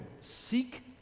seek